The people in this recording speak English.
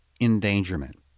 endangerment